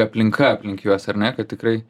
aplinka aplink juos ar ne kad tikrai